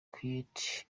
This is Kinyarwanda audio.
keith